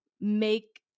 make